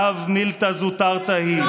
ההיסטוריה תשפוט אותך על, לאו מילתא זוטרתא היא.